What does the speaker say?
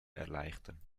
erleichtern